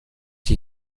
die